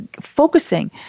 focusing